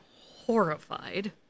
horrified